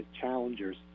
challengers